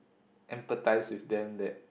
empathize with them that